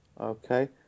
Okay